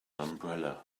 umbrella